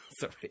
Sorry